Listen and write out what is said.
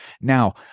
Now